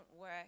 work